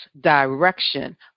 direction